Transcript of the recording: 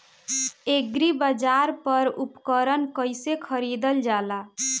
एग्रीबाजार पर उपकरण कइसे खरीदल जाला?